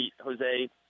Jose